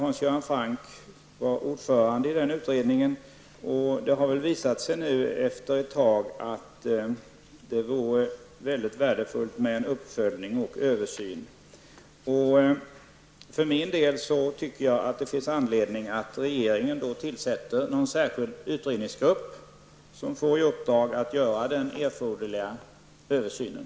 Hans Göran Franck var ordförande i en utredning som arbetade med detta, och det har nu efter ett tag visat sig att det vore värdefullt med en uppföljning och översyn. Jag tycker alltså att det finns anledning för regeringen att tillsätta en särskild utredningsgrupp som får i uppdrag att göra den erforderliga översynen.